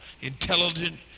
intelligent